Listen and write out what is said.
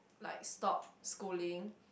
like stop schooling